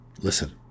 Listen